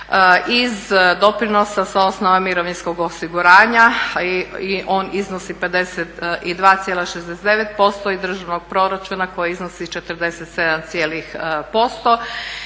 iz doprinosa sa osnova mirovinskog osiguranja i on iznosi 52,69% i državnog proračuna koji iznosi 47